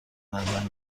نظر